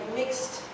mixed